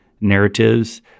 narratives